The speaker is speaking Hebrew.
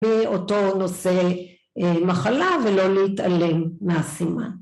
באותו נושא מחלה ולא להתעלם מהסימן